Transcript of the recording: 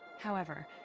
however,